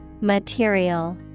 Material